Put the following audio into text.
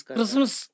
Christmas